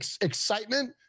excitement